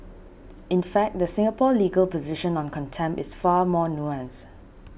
in fact the Singapore legal position on contempt is far more nuanced